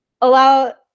allow